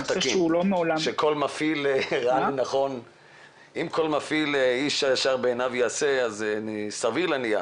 אם כל מפעיל, איש הישר בעיניו יעשה אז סביר להניח